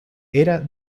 era